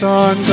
on